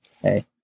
Hey